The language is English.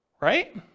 right